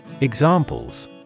Examples